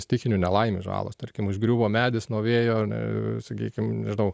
stichinių nelaimių žalos tarkim užgriuvo medis nuo vėjo ane sakykim nežinau